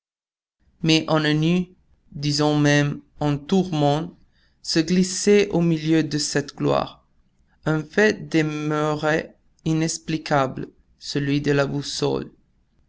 mais un ennui disons même un tourment se glissait au milieu de cette gloire un fait demeurait inexplicable celui de la boussole